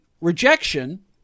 rejection